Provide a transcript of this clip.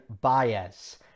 Baez